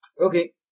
Okay